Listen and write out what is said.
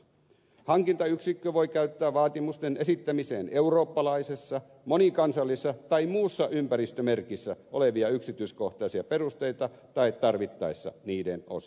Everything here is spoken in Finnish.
hankintayksikkö voi käyttää vaatimusten esittämiseen eurooppalaisessa monikansallisessa tai muussa ympäristömerkissä olevia yksityiskohtaisia perusteita tai tarvittaessa niiden osia